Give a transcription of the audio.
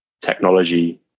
technology